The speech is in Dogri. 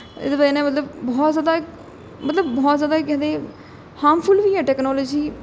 एहदी बजह कन्नै मतलब बहुत ज्यादा इक मतलब बहुत ज्यादा के आखदे हार्मफुल बी ऐ टैक्नोलाजी